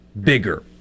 bigger